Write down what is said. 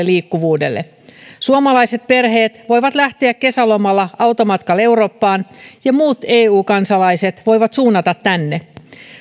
liikkuvuudelle suomalaiset perheet voivat lähteä kesälomalla automatkalle eurooppaan ja muut eu kansalaiset voivat suunnata tänne